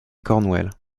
cornell